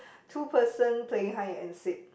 two person playing hide and seek